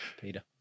Peter